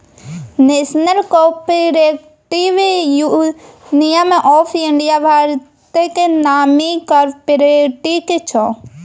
national Cooperative Union of India भारतक नामी cooperative छै